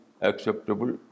acceptable